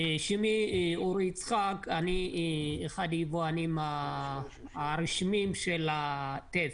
שמי אורי יצחק, אני אחד היבואנים הרשמיים של הטף.